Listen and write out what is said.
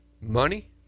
money